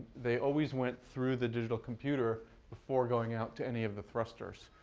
they always went through the digital computer before going out to any of the thrusters.